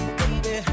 baby